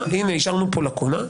השארנו פה לקונה,